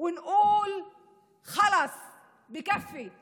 על פי המתכונת